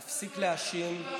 להפסיק להאשים,